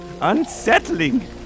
unsettling